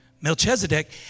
Melchizedek